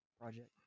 project